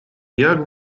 jak